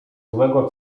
złego